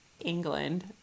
England